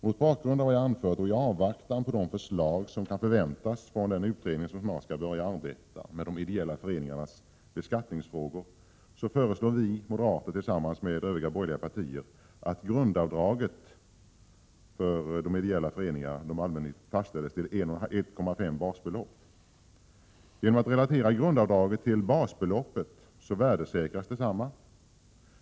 Mot bakgrund av vad jag anfört och i avvaktan på de förslag som kan förväntas från den utredning som snart skall börja arbeta med de ideella föreningarnas beskattningsfrågor föreslår vi moderater tillsammans med övriga borgerliga partier att grundavdraget för de ideella föreningarna fastställs till ett och ett halvt basbelopp. Genom att grundavdraget relateras till basbeloppet värdesäkras detsamma.